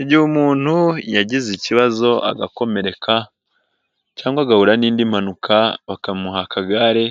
Igihe umuntu yagize ikibazo agakomereka cyangwa agahura n'indi mpanuka bakamuha akagare,